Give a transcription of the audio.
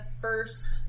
first